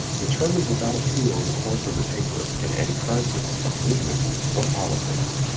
determines without appeal the course of the paper in any crisis of business or politics.